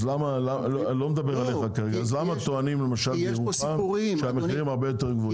אז למה טוענים בירוחם שהמחירים הרבה יותר גבוהים?